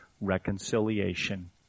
reconciliation